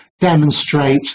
demonstrate